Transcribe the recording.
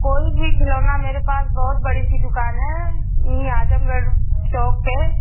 कोई भी खिलौना मेरे पास बहुत बड़ी सी दुकान है यहीं आजमगढ़ चौक पर